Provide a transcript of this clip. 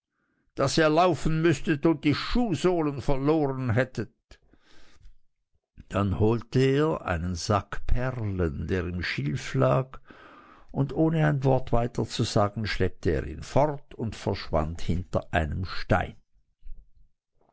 daß ihr laufen müßtet und die schuhsohlen verloren hättet dann holte er einen sack perlen der im schilfe lag und ohne ein wort weiter zu sagen schleppte er ihn fort und verschwand hinter einem stein